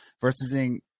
versus